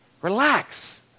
relax